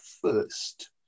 first